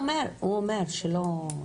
הוא אומר שלא היה לו.